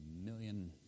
Million